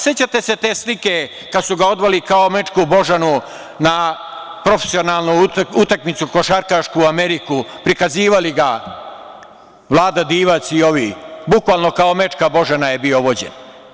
Sećate se te slike kad su ga odveli kao mečku Božanu na profesionalnu košarkašku utakmicu u Ameriku, prikazivali ga Vlada Divac i ovi, bukvalno kao mečka Božana je bio vođen.